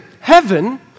heaven